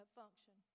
function